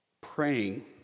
Praying